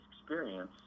experience